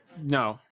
no